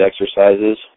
exercises